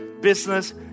business